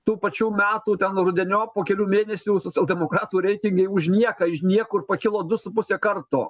tų pačių metų ten rudeniop po kelių mėnesių socialdemokratų reitingai už nieką iš niekur pakilo du su puse karto